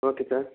okay sir